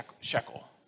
shekel